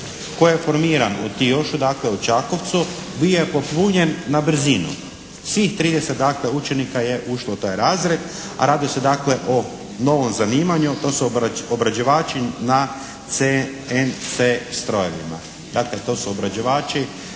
se ne razumije./… dakle u Čakovcu bio je popunjen na brzinu. Svih dakle 30 učenika je ušlo u taj razred a radi se dakle o novom zanimanju, to su obrađivači na CNC strojevima.